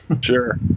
sure